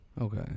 Okay